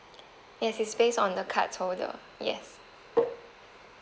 yes it's based on the cardholder yes